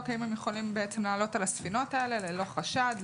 אם הם יכולים לעלות על הספינות האלה ללא חשד,